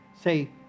Say